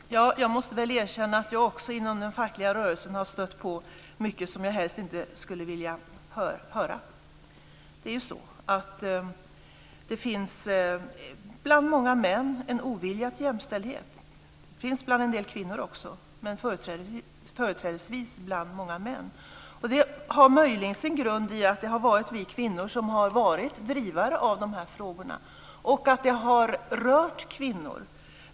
Fru talman! Jag måste väl erkänna att också jag inom den fackliga rörelsen har stött på mycket som jag helst inte skulle vilja höra. Det är ju så att det bland många män finns en ovilja till jämställdhet. Det finns också bland en del kvinnor, men företrädesvis bland många män. Det har möjligen sin grund i att det har varit vi kvinnor som har drivit de här frågorna och att det har rört kvinnor.